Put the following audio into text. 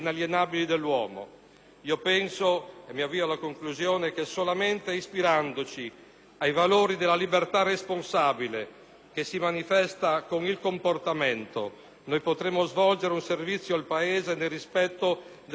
Io penso - e mi avvio alla conclusione - che solamente ispirandoci ai valori della libertà responsabile, che si manifesta con il comportamento, noi potremmo svolgere un servizio al Paese nel rispetto delle nostre istituzioni